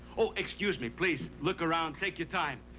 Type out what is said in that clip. oh, excuse me. please, look around. take your time.